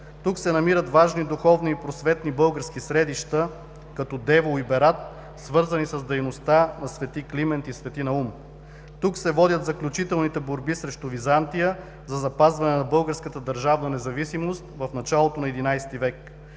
Тук се намират важни духовни и просветни български средища, като Девол и Берат, свързани с дейността на св. Климент и св. Наум. Тук се водят заключителните борби срещу Византия за запазване на българската държавна независимост в началото на ХΙ век.